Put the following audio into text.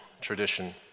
tradition